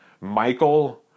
Michael